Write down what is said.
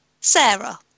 Sarah